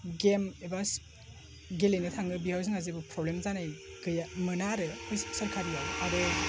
game एबा गेलेनो थाङो बेयाव जोंहा जेबो प्रब्लेम जानाय गैया मोना आरो बै सोरकारियाव आरो